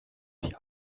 die